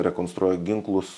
rekonstruoja ginklus